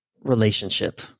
relationship